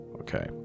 okay